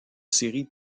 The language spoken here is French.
séries